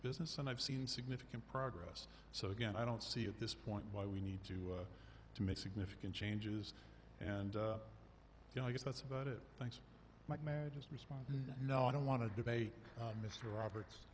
business and i've seen significant progress so again i don't see at this point why we need to to make significant changes and i guess that's about it thanks mike marriages respond no i don't want to debate mr roberts